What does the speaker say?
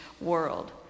world